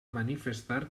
manifestar